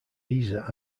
visa